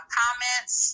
comments